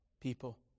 people